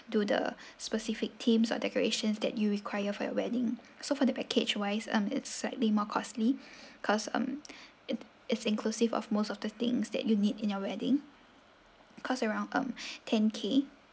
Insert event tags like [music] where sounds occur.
do the specific themes or decorations that you require for your wedding so for the package wise um it's slightly more costly cause um [breath] it is inclusive of most of the things that you need in your wedding cost around um [breath] ten K